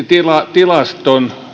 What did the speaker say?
tilaston